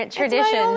tradition